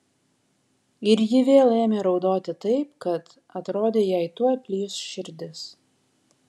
ir ji vėl ėmė raudoti taip kad atrodė jai tuoj plyš širdis